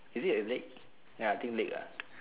is it a lake ya I think lake ah